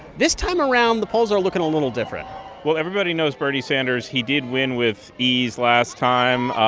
this time around, the polls are looking a little different well, everybody knows bernie sanders. he did win with ease last time.